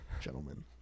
gentlemen